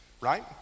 Right